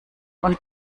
und